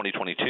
2022